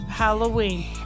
Halloween